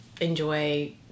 enjoy